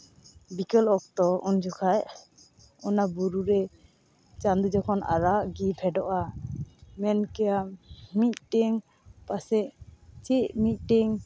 ᱵᱤᱠᱮᱞ ᱚᱠᱛᱚ ᱩᱱ ᱡᱚᱠᱷᱟᱱ ᱚᱱᱟ ᱵᱩᱨᱩ ᱨᱮ ᱪᱟᱸᱫᱚ ᱡᱚᱠᱷᱚᱱ ᱟᱨᱟᱜ ᱜᱮ ᱯᱷᱮᱰᱚᱜᱼᱟ ᱢᱮᱱ ᱠᱮᱭᱟᱢ ᱢᱤᱫᱴᱮᱱ ᱯᱟᱥᱮᱫ ᱪᱮᱫ ᱢᱤᱫᱴᱮᱱ